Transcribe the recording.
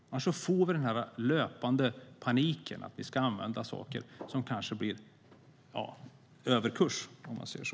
Annars blir det en löpande panik som kan bli överkurs, om jag säger så.